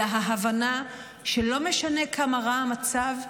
אלא ההבנה שלא משנה כמה רע המצב,